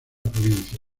provincia